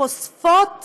חושפות